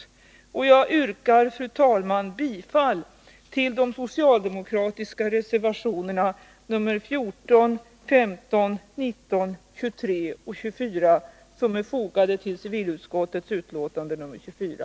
Jag yrkar, fru talman, bifall till de socialdemokratiska reservationerna 14, 15, 19, 23 och 24, som är fogade till civilutskottets betänkande nr 24.